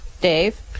Dave